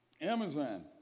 Amazon